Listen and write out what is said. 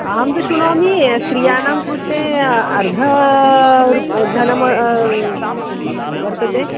अहं तु शृणोमि स्रियानां कृते अर्धं रुप् धनम् वर्तते